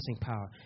power